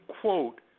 quote